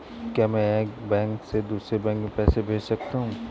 क्या मैं एक बैंक से दूसरे बैंक में पैसे भेज सकता हूँ?